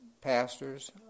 Pastors